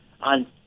on